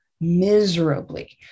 miserably